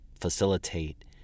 facilitate